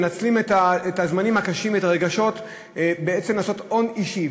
מנצלים את הזמנים הקשים ואת הרגשות בעצם לעשות הון אישי,